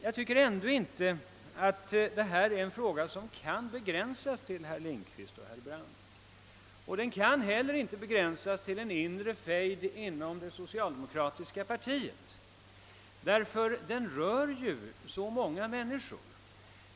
Jag tycker ändå inte att detta är en fråga som kan begränsas till herr Lindkvist och herr Brandt. Den kan inte heller begränsas till en inre fejd inom det socialdemokratiska partiet, ty den rör ju så många människor.